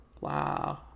Wow